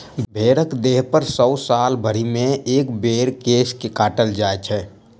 भेंड़क देहपर सॅ साल भरिमे एक बेर केश के काटल जाइत छै